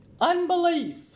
Unbelief